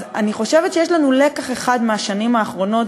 אני חושבת שיש לנו לקח אחד מהשנים האחרונות,